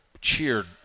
cheered